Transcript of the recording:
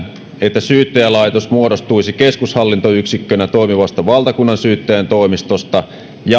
että syyttäjälaitos muodostuisi keskushallintoyksikkönä toimivasta valtakunnansyyttäjän toimistosta ja